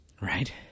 right